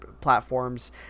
platforms